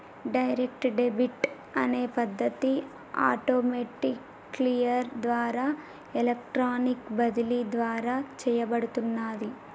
direct debit అనే పద్ధతి automated clear ద్వారా ఎలక్ట్రానిక్ బదిలీ ద్వారా చేయబడుతున్నాది